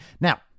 now